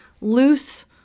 loose